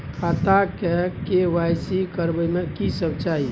खाता के के.वाई.सी करबै में की सब चाही?